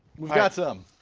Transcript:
we've got some.